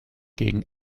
gegen